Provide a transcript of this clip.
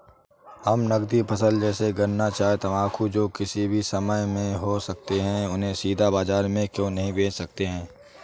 हम नगदी फसल जैसे गन्ना चाय तंबाकू जो किसी भी समय में हो सकते हैं उन्हें सीधा बाजार में क्यो नहीं बेच सकते हैं?